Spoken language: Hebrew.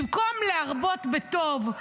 במקום להרבות בטוב,